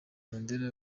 mandela